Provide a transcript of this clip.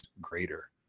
greater